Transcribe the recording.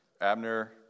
Abner